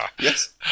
yes